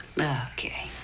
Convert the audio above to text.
okay